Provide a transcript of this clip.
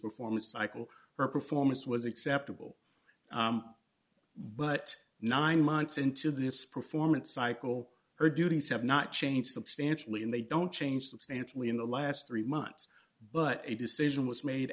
performance cycle her performance was acceptable but nine months into this performance cycle her duties have not changed substantially and they don't change substantially in the last three months but a decision was made